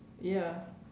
ya